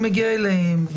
הוא מגיע אליהם,